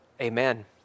amen